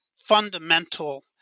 fundamental